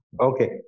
Okay